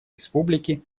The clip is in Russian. республики